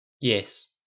Yes